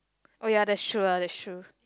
oh ya that's true lah that's true